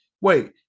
wait